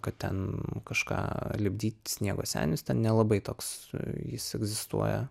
kad ten kažką lipdyti sniego senius ten nelabai toks jis egzistuoja